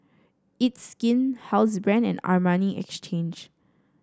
It's Skin Housebrand and Armani Exchange